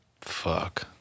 Fuck